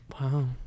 Wow